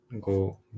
go